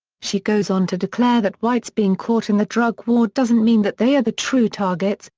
she goes on to declare that whites being caught in the drug war doesn't mean that they are the true targets,